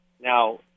Now